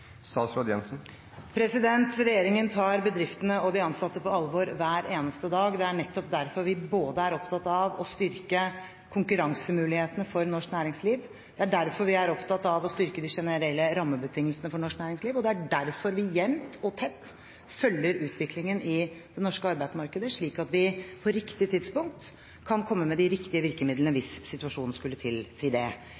Regjeringen tar bedriftene og de ansatte på alvor hver eneste dag. Det er nettopp derfor vi er opptatt av å styrke konkurransemulighetene for norsk næringsliv, det er derfor vi er opptatt av å styrke de generelle rammebetingelsene for norsk næringsliv, og det er derfor vi jevnt og tett følger utviklingen i det norske arbeidsmarkedet, slik at vi på riktig tidspunkt kan komme med de riktige virkemidlene